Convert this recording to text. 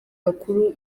bakuru